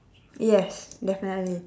yes definitely